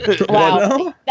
Wow